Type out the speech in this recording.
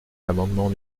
l’amendement